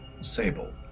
Sable